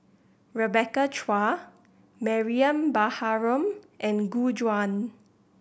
Rebecca Chua Mariam Baharom and Gu Juan